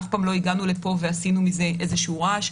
אף פעם לא הגענו לפה ועשינו מזה איזשהו רעש.